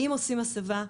אם עושים הסבה,